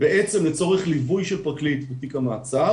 לצורך ליווי של פרקליט בתיק המעצר